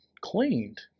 cleaned